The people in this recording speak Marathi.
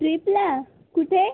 ट्रीपला कुठे